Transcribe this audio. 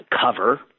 cover